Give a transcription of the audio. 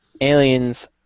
aliens